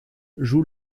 joue